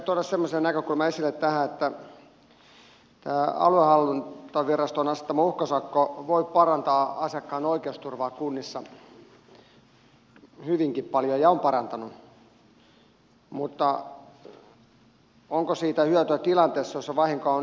haluaisin viedä tuoda semmoisen näkökulman esille tähän että tämä aluehallintoviraston asettama uhkasakko voi parantaa asiakkaan oikeusturvaa kunnissa hyvinkin paljon ja on parantanut mutta onko siitä hyötyä tilanteessa jossa vahinko on jo tapahtunut